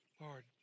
Lord